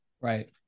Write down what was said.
Right